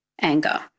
anger